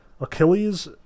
Achilles